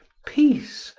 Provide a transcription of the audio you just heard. peace,